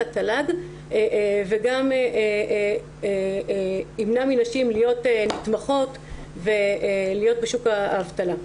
התל"ג וגם ימנע מנשים להיות מתמחות ולהיות בשוק האבטלה.